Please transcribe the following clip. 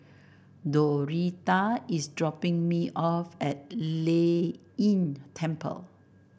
Doretha is dropping me off at Lei Yin Temple